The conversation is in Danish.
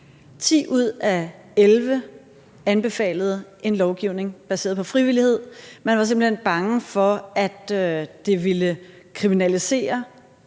10 ud af 11 anbefalede en lovgivning baseret på frivillighed. Man var simpelt hen bange for, at det ville kriminalisere